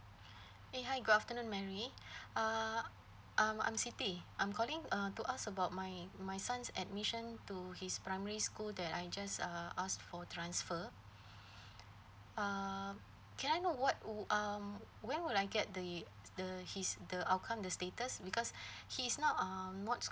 eh hi good afternoon mary uh I'm I'm siti I'm calling uh to us about my my son's admission to his primary school that I just uh asked for transfer um can I know what wou~ um when will I get the e~ the his the outcome the status because he's um not